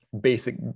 basic